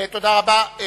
תודה רבה.